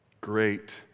Great